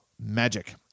magic